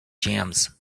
jams